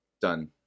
Done